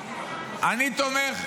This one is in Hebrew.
אני תומך.